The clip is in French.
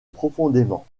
profondément